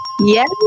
Yes